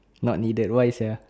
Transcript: not needed why you say